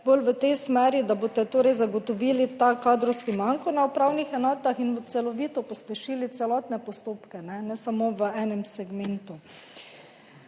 bolj v tej smeri, da boste torej zagotovili ta kadrovski manko na upravnih enotah in celovito pospešili celotne postopke, ne samo v enem segmentu.